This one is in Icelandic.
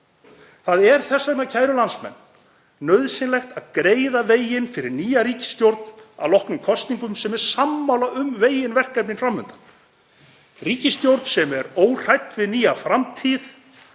Það er þess vegna, kæru landsmenn, nauðsynlegt að greiða veginn fyrir nýja ríkisstjórn að loknum kosningum sem er sammála um veginn og verkefnin fram undan, ríkisstjórn sem er óhrædd við nýja framtíð